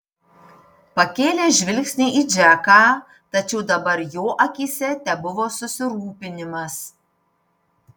pakėlė žvilgsnį į džeką tačiau dabar jo akyse tebuvo susirūpinimas